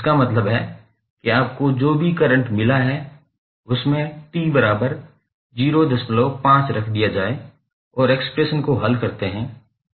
इसका मतलब है कि आपको जो भी करंट मिला है उसमें t बराबर 05 रख दिया गया है और एक्सप्रेशन को हल करते है